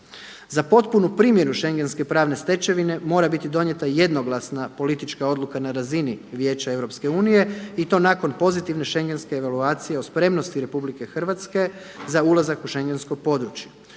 Za potpuno primjenu schengenske pravne stečevine mora biti donijeti jednoglasna politička odluka na razini Vijeća EU i to nakon pozitivne schengenske evaluacije o spremnosti RH za ulazak u schengensko područje.